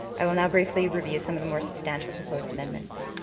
i will now briefly review some of the more substantial proposed amendments.